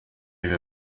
yves